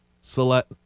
select